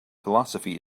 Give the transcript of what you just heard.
philosophy